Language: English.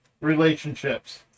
relationships